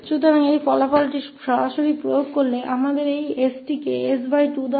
तो केवल इस परिणाम को सीधे लागू करते हुए हमें इस 𝑠 को s2से बदलना होगा